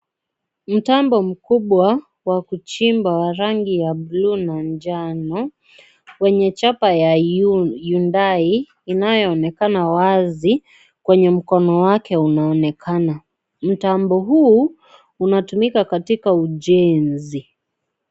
Mtambo mkubwa wa kuchimba wa rangi ya (cs) blue(cs) na njano, kwenye chapa ya hyundai inayo onekana wazi kwenye mkono wake unaonekana. Mtambo huu unatumika katika ujenzi.